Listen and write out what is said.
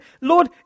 Lord